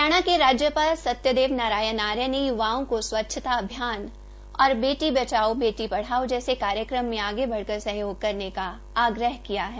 हरियाणा के राज्यपाल सत्यदेव नारायण आर्य ने य्वाओं को स्वच्छता अभियान और बेटी बचाओ बेटी पढ़ाओ जैसे कार्यक्रम में आगे बढ़कर सहयोग करने का आग्रह किया है